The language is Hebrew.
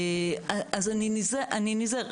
אני נזהרת,